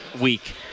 week